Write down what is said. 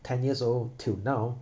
ten years old till now